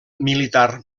militar